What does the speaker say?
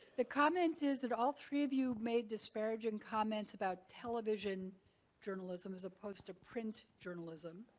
the comment is that all three of you made disparaging comments about television journalism as opposed to print journalism,